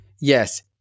Yes